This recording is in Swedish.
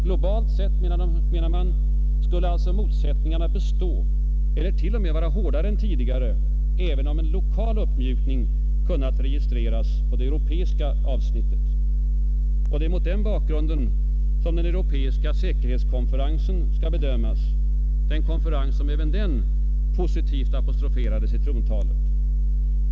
Globalt sett, menar man, skulle alltså motsättningarna bestå eller t.o.m. vara hårdare än tidigare även om en lokal uppmjukning kunnat registreras på det europeiska avsnittet. Det är mot den bakgrunden den europeiska säkerhetskonferensen skall bedömas, den konferens som även den positivt apostroferades i trontalet.